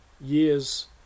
years